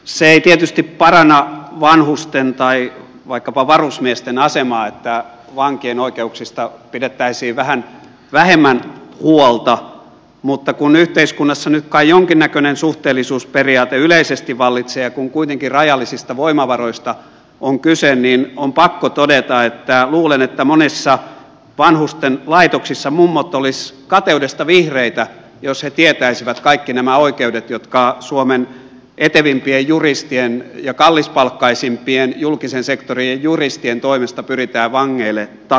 se ei tietysti paranna vanhusten tai vaikkapa varusmiesten asemaa että vankien oikeuksista pidettäisiin vähän vähemmän huolta mutta kun yhteiskunnassa nyt kai jonkinnäköinen suhteellisuusperiaate yleisesti vallitsee ja kun kuitenkin rajallisista voimavaroista on kyse niin on pakko todeta että luulen että monissa vanhusten laitoksissa mummot olisivat kateudesta vihreitä jos he tietäisivät kaikki nämä oikeudet jotka suomen etevimpien juristien ja kallispalkkaisimpien julkisen sektorin juristien toimesta pyritään vangeille takaamaan